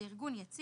זה ארגון יציג,